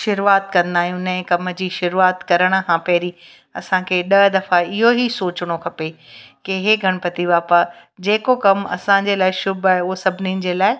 शुरूआति कंदा आहियूं नएं कम जी शुरूआति करण खां पहिरीं असांखे ॾह दफ़ा इहो ई सोचणो खपे की हे गणपति बप्पा जेको कमु असांजे लाइ शुभ आहे उहो सभिनीनि जे लाइ